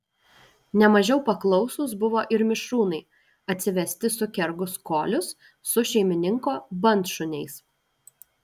ne mažiau paklausūs buvo ir mišrūnai atsivesti sukergus kolius su šeimininko bandšuniais